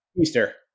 Easter